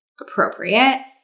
appropriate